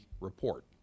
report